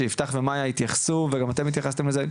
כשיפתח ואיה התייחסו וגם אתם התייחסתם לזה.